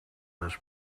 this